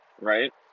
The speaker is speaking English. right